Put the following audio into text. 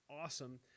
awesome